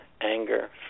anger